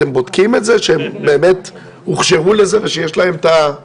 אתם בודקים את זה שהם באמת הוכשרו לזה ושיש להם את ה- --?